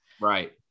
Right